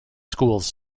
schools